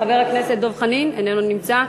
חבר הכנסת דב חנין איננו נמצא.